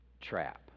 trap